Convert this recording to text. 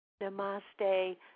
Namaste